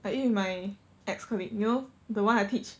I eat with my ex colleague you know the one I teach